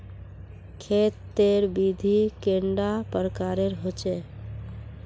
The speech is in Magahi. खेत तेर विधि कैडा प्रकारेर होचे?